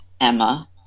Emma